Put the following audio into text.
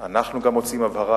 גם אנחנו מוציאים הבהרה,